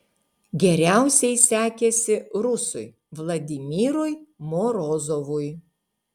geriausiai sekėsi rusui vladimirui morozovui